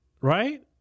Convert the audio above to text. right